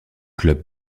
club